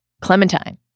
Clementine